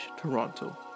Toronto